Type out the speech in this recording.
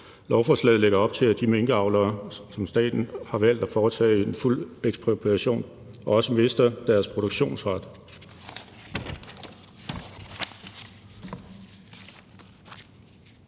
Lovforslaget lægger op til, at de minkavlere, som staten har valgt at foretage en fuld ekspropriation hos, også mister deres produktionsret.